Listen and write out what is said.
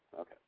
okay